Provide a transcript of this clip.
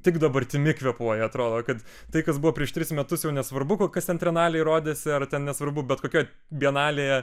tik dabartimi kvėpuoja atrodo kad tai kas buvo prieš tris metus jau nesvarbu kas ten trianalėj rodėsi ar tai nesvarbu bet kokioj bienalėje